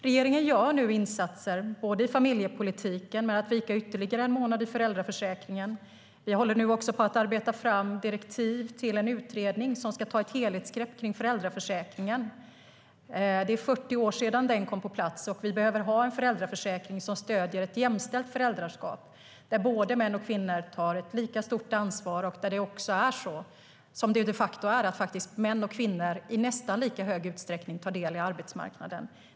Regeringen gör nu insatser i familjepolitiken med att vika ytterligare en månad i föräldraförsäkringen. Vi håller också på att arbeta fram direktiv till en utredning som ska ta ett helhetsgrepp kring föräldraförsäkringen. Det är 40 år sedan den kom på plats. Vi behöver ha en föräldraförsäkring som stöder ett jämställt föräldraskap, där män och kvinnor tar ett lika stort ansvar och där det också är så, som det de facto är, att män och kvinnor i nästan lika hög utsträckning tar del av arbetsmarknaden.